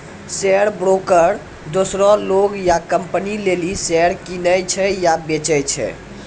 share broker दोसरो लोग या कंपनी लेली शेयर किनै छै या बेचै छै